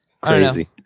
Crazy